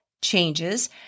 changes